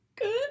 good